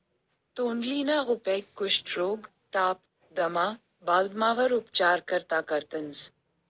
तोंडलीना उपेग कुष्ठरोग, ताप, दमा, बालदमावर उपचार करता करतंस